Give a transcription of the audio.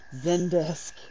Zendesk